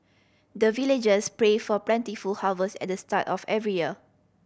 the villagers pray for plentiful harvest at the start of every year